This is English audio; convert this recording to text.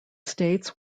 states